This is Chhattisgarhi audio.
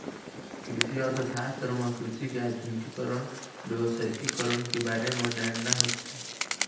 कृषि अर्थसास्त्र म कृषि के आधुनिकीकरन, बेवसायिकरन के बारे म जानना होथे